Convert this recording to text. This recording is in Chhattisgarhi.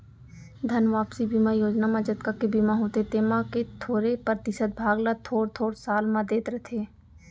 धन वापसी बीमा योजना म जतका के बीमा होथे तेमा के थोरे परतिसत भाग ल थोर थोर साल म देत रथें